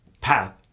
path